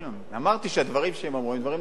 אמרתי שהדברים שהם אמרו הם דברים נכונים,